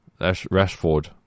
Rashford